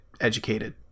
educated